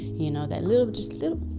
you know that little, just little,